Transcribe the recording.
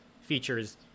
features